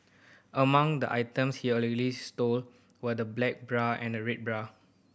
among the items he allegedly stole were the black bra and a red bra